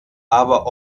aber